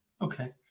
Okay